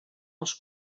als